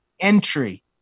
entry